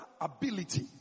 ability